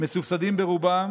מסובסדים ברובם